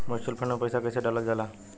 Mutual fund मे पईसा कइसे डालल जाला?